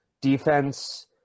defense